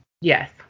Yes